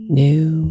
new